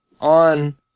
on